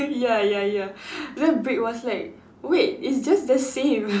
ya ya ya then brick was like wait it's just the same